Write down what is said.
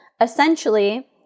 essentially